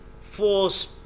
force